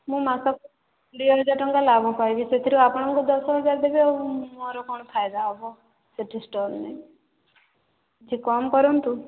ମୁଁ ମାସକୁ ଦୁଇ ହଜାର ଟଙ୍କା ଲାଭ ପାଇବି ସେଥିରୁ ଆପଣଙ୍କୁ ଦଶ ହଜାର ଦେବି ଆଉ ମୋର କ'ଣ ଫାଇଦା ହେବ ସେଠି ଷ୍ଟଲ୍ ନେଇ କିଛି କମ୍ କରନ୍ତୁ